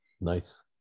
Nice